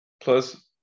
Plus